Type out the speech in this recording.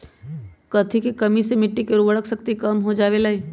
कथी के कमी से मिट्टी के उर्वरक शक्ति कम हो जावेलाई?